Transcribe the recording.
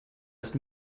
erst